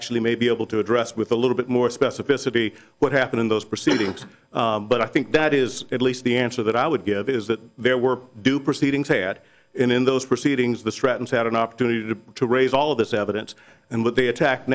actually may be able to address with a little bit more specificity what happened in those proceedings but i think that is at least the answer that i would give is that there were due proceedings had in those proceedings the stratton's had an opportunity to to raise all of this evidence and what they attack